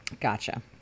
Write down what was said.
Gotcha